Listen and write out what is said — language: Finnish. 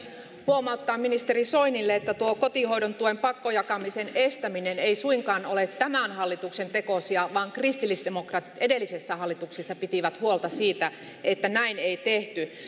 huomauttaa ministeri soinille että tuo kotihoidon tuen pakkojakamisen estäminen ei suinkaan ole tämän hallituksen tekosia vaan kristillisdemokraatit edellisessä hallituksessa pitivät huolta siitä että näin ei tehty